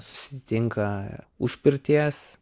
susitinka už pirties